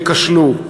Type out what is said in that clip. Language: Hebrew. הם ייכשלו.